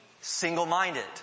single-minded